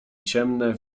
ciemne